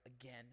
again